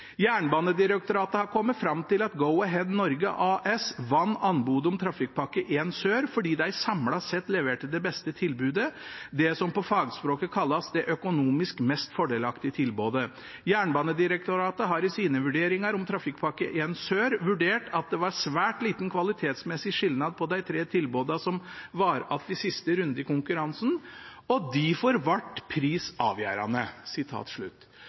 har kome fram til at Go-Ahead Norge AS vann anbodet om Trafikkpakke 1: Sør fordi dei samla sett leverte det beste tilbodet, det som på fagspråket kallast «det økonomisk mest fordelaktige tilbodet». Jernbanedirektoratet har i sine vurderingar om Trafikkpakke 1: Sør vurdert at det var svært liten kvalitetsmessig skilnad på dei tre tilboda som var att i siste runde i konkurransen, og difor vart